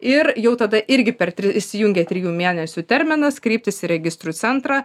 ir jau tada irgi per tris įsijungia trijų mėnesių terminas kreiptis į registrų centrą